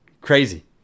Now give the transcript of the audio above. crazy